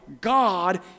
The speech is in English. God